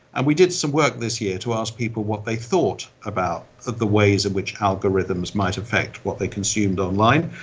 and we did some work this year to ask people what they thought about the ways in which algorithms might affect what they consumed online,